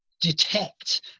detect